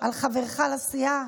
על חברך לסיעה,